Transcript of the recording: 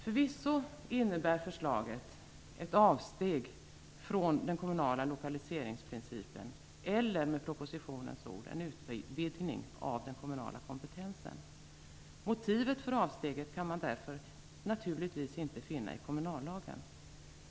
Förvisso innebär förslaget ett avsteg från den kommunala lokaliseringsprincipen eller, med propositionens ord, en utvidgning av den kommunala kompetensen. Motivet för avsteget kan man därför naturligtvis inte finna i kommunallagen.